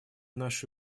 наши